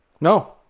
no